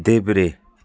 देब्रे